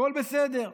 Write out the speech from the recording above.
הכול בסדר.